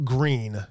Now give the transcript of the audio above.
Green